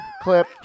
clip